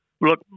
Look